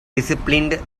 disciplined